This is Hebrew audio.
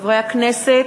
חברי הכנסת,